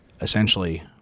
essentially